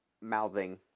Mouthing